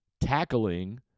tackling